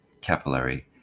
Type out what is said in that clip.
capillary